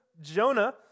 Jonah